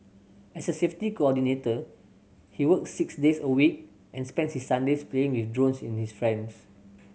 as a safety coordinator he work six days a week and spends his Sundays playing with drones in his friends